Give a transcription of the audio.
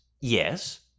Yes